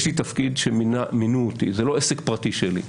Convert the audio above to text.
יש לי תפקיד שמינו אותי, זה לא עסק פרטי שלי,